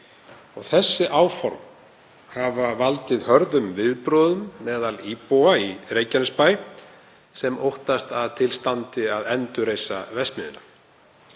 Þau áform hafa valdið hörðum viðbrögðum meðal íbúa í Reykjanesbæ sem óttast að til standi að endurreisa verksmiðjuna.